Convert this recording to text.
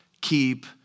keep